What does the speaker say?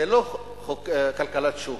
זה לא כלכלת שוק,